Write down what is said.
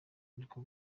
ariko